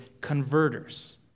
converters